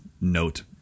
note